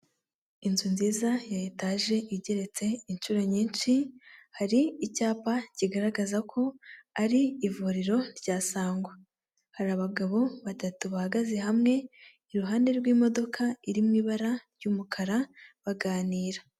Inzu nziza ya etaje igeretse inshuro nyinshi, hari icyapa kigaragaza ko ari ivuriro rya Sangwa, hari abagabo batatu bahagaze hamwe, iruhande rw'imodoka iri mu ibara ry'umukara baganira.